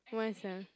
why sia